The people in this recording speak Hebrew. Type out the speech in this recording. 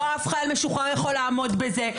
לא אף חייל משוחרר יכול לעמוד בזה,